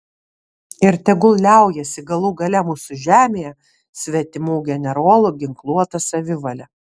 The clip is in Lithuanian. ir tegul liaujasi galų gale mūsų žemėje svetimų generolų ginkluota savivalė